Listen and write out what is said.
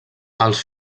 els